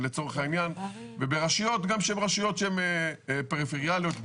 בעיקר ברשויות פריפריאליות,